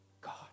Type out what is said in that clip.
God